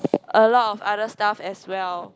a lot of other stuff as well